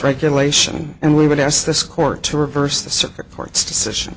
regulation and we would ask this court to reverse the circuit court's decision